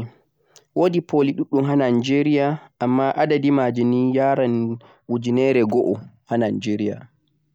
wodi poli koh shulle ɗuɗɗe ha Nigeria amma adadi maji yarai bana ujunere go'o